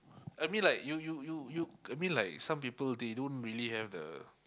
I mean like you you you you I mean like some people they don't really have the